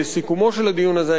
בסיכומו של הדיון הזה,